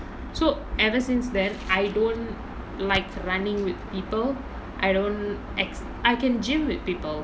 so ever since then I don't like running with people I don't ex~ I can gym with people